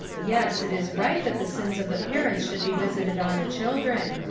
yes, it is right that the sins of the parents should be visited on the children.